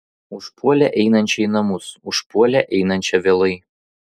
užpuolė einančią į namus užpuolė einančią vėlai